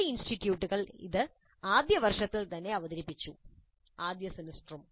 ചില ഇൻസ്റ്റിറ്റ്യൂട്ടുകൾ ഇത് ആദ്യ വർഷത്തിൽ തന്നെ അവതരിപ്പിച്ചു ആദ്യ സെമസ്റ്ററും